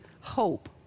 hope